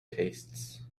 tastes